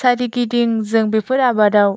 सारिगिदिं जों बेफोर आबादाव